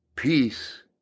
Peace